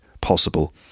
possible